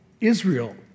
Israel